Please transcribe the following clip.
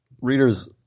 readers